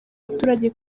abaturage